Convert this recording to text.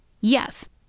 Yes